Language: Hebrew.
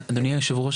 אדוני היושב ראש,